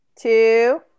two